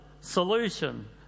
solution